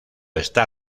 está